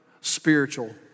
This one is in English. spiritual